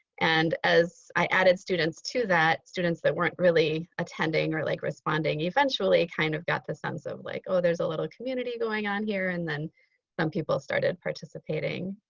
and as i added students to that, students that weren't really attending or like responding eventually kind of got the sense of like oh there's a little community going on here. and then some people started participating.